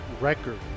record